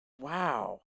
Wow